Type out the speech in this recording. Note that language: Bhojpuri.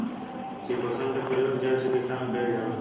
चितोसन के प्रयोग जैव चिकित्सा में कईल जाला